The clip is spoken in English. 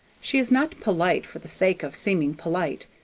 she is not polite for the sake of seeming polite,